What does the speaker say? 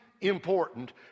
important